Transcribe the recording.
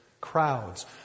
Crowds